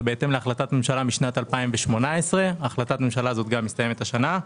זה בהתאם להחלטת ממשלה משנת 2018. החלטת הממשלה הזאת מסתיימת השנה.